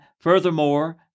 furthermore